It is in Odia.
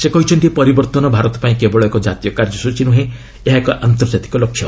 ସେ କହିଛନ୍ତି ପରିବର୍ତ୍ତନ ଭାରତ ପାଇଁ କେବଳ ଏକ ଜାତୀୟ କାର୍ଯ୍ୟସୂଚୀ ନୁହେଁ ଏହା ଏକ ଆନ୍ତର୍ଜାତିକ ଲକ୍ଷ୍ୟ